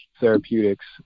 therapeutics